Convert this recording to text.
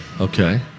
Okay